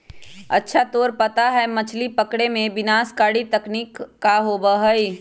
अच्छा तोरा पता है मछ्ली पकड़े में विनाशकारी तकनीक का होबा हई?